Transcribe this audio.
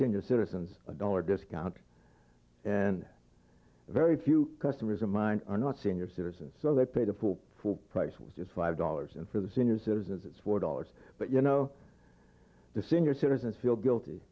senior citizens a dollar discount and very few customers of mine are not senior citizens so they pay the full price which is five dollars and for the senior citizens it's four dollars but you know the senior citizens feel guilty